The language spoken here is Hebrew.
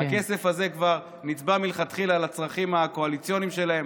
הכסף הזה כבר נצבע מלכתחילה לצרכים הקואליציוניים שלהם,